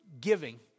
giving